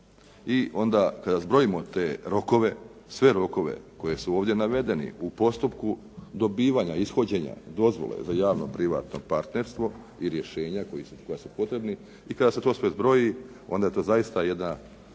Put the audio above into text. i onda kada zbrojimo te rokove, sve rokove koji su ovdje navedeni u postupku dobivanja, ishođenja dozvole za javno-privatno partnerstvo i rješenja koja su potrebna i kada se to sve zbroji onda je to zaista jedna